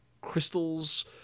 crystals